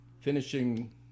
finishing